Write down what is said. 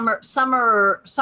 summer